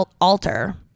Alter